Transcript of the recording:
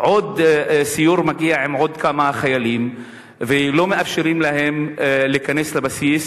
עוד סיור מגיע עם עוד כמה חיילים ולא מאפשרים להם להיכנס לבסיס,